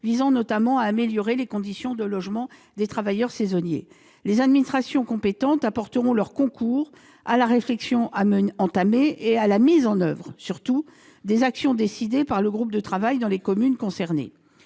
visant notamment à améliorer les conditions de logement des travailleurs saisonniers. Les administrations compétentes apporteront leur concours à la réflexion entamée et, surtout, à la mise en oeuvre des actions décidées par le groupe de travail, dans les communes concernées.